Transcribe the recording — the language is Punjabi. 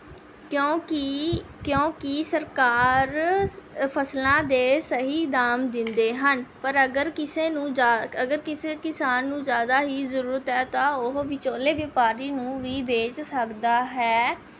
ਕਿਉਂਕਿ ਕਿਉਂਕਿ ਸਰਕਾਰ ਫਸਲਾਂ ਦੇ ਸਹੀ ਦਾਮ ਦਿੰਦੇ ਹਨ ਪਰ ਅਗਰ ਕਿਸੇ ਨੂੰ ਅਗਰ ਕਿਸੇ ਕਿਸਾਨ ਨੂੰ ਜ਼ਿਆਦਾ ਹੀ ਜ਼ਰੂਰਤ ਹੈ ਤਾਂ ਉਹ ਵਿਚੋਲੇ ਵਪਾਰੀ ਨੂੰ ਵੀ ਵੇਚ ਸਕਦਾ ਹੈ